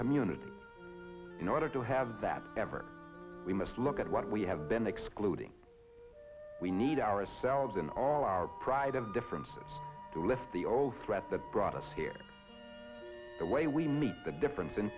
community in order to have that ever we must look at what we have been excluding we need ourselves in all our pride of differences to lift the old threat that brought us here the way we make the difference